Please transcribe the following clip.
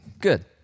good